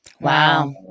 Wow